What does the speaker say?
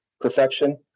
perfection